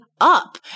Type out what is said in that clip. up